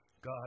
God